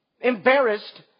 embarrassed